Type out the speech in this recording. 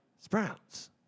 Sprouts